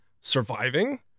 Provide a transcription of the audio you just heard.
surviving